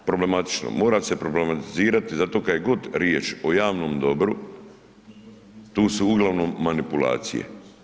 Problematično, mora se problematizirati zato kad je god riječ o javnom dobru tu su uglavnom manipulacije.